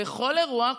בכל אירוע,